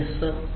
4 മുതൽ 2